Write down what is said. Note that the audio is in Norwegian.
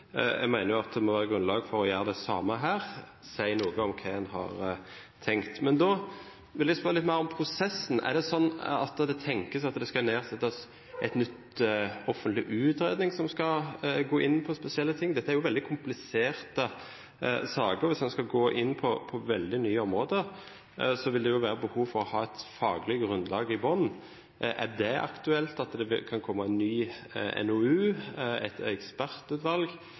det må være grunnlag for å gjøre det samme her, å si noe om hva man har tenkt. Men da vil jeg spørre litt mer om prosessen. Er det sånn at det tenkes at det skal bli en ny offentlig utredning som skal gå inn på spesielle ting? Dette er jo veldig kompliserte saker. Hvis man skal gå inn på veldig nye områder, så vil det jo være behov for å ha et faglig grunnlag i bunnen. Er det aktuelt at det kan komme en ny NOU? Et ekspertutvalg?